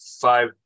five